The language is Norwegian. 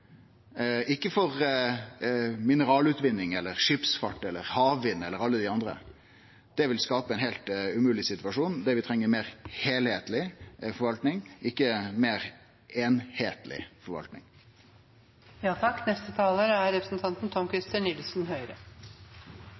ikkje for mineralutvinning eller skipsfart eller havvind eller alle dei andre, vil skape ein heilt umogleg situasjon. Det vi treng, er meir heilskapleg forvalting, ikkje meir